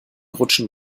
rutschen